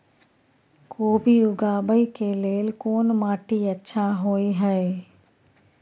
कोबी उगाबै के लेल कोन माटी अच्छा होय है?